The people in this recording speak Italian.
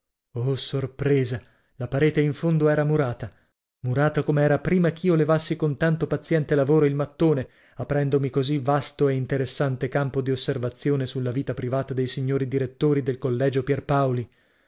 oh sorpresa la parete in fondo era murata murata come era prima ch'io levassi con tanto paziente lavoro il mattone aprendomi così vasto e interessante campo di osservazione sulla vita privata dei signori direttori del collegio pierpaoli